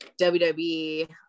WWE